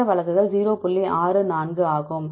64 ஆகும்